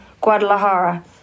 Guadalajara